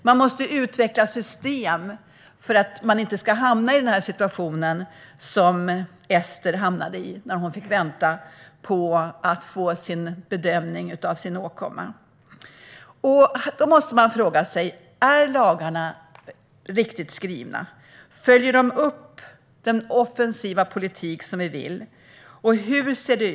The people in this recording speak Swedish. Man måste utveckla system för att inte hamna i den situation som Ester hamnade i när hon fick vänta på att få en bedömning av sin åkomma. Då måste man fråga sig: Är lagarna riktigt skrivna? Följer de upp den offensiva politiken på det sätt som vi vill?